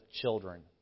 children